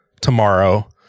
tomorrow